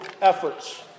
efforts